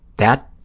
that,